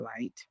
light